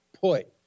put